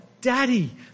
Daddy